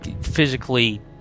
physically